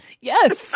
Yes